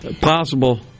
Possible